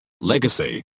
Legacy